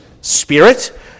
spirit